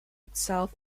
itself